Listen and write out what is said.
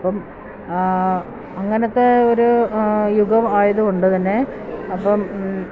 അപ്പം അങ്ങനത്തെയൊരു യുഗമായതുകൊണ്ട് തന്നെ അപ്പം